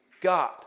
God